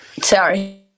Sorry